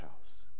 house